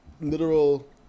literal